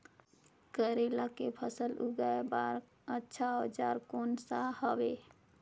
करेला के फसल उगाई बार अच्छा औजार कोन सा हवे?